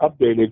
updated